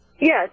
yes